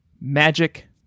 Magic